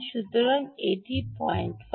সুতরাং যে point y